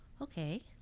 okay